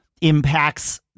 impacts